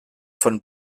von